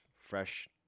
fresh